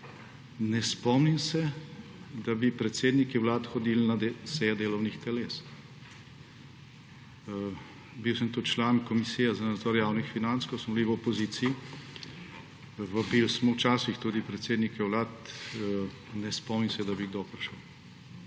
Ne spomnim se, da bi predsedniki vlad hodili na seje delovnih teles. Bil sem tudi član Komisije za nadzor javnih financ, ko smo bili v opoziciji. Vabili smo včasih tudi predsednike vlad. Ne spomnim se, da bi kdo prišel.